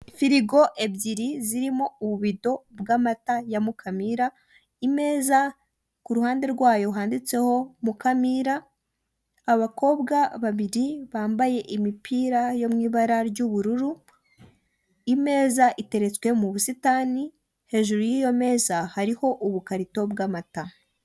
Firigo ebyiri zirimo ububido bw'amata ya Mukamira imeza ku ruhande rwayo handitseho Mukamira, abakobwa babiri bambaye imipira yo mu ibara ry'ubururu, imeza iteretswe mu busitani hejuru y'iyo meza hariho ubukarito bw'amata.